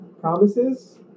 Promises